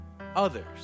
others